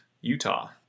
Utah